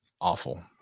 awful